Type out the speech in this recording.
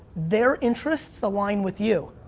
their interests align with you.